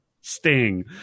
sting